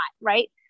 Right